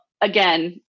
again